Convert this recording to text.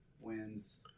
wins